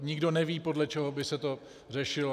Nikdo neví, podle čeho by se to řešilo.